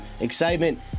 excitement